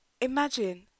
imagine